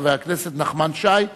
חבר הכנסת נחמן שי,